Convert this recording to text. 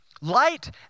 Light